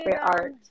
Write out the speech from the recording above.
art